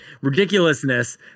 ridiculousness